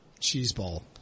cheeseball